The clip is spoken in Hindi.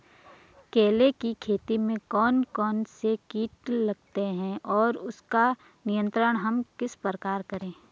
केले की खेती में कौन कौन से कीट लगते हैं और उसका नियंत्रण हम किस प्रकार करें?